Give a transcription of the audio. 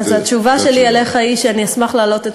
אז התשובה שלי אליך היא שאני אשמח להעלות את